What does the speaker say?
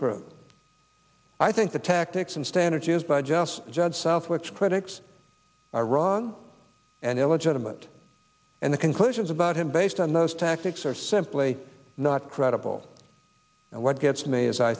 true i think the tactics and standards used by just judge south which critics are wrong and illegitimate and the conclusions about him based on those tactics are simply not credible and what gets me is i